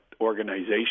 organization –